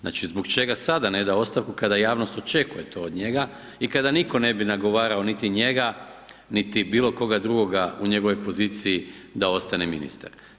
Znači, zbog čega sada ne da ostavku kada javnost to očekuje to od njega i kada nitko ne bi nagovarao niti njega, niti bilo koga drugoga u njegovoj poziciji da ostane ministar.